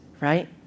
Right